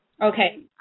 Okay